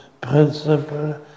principle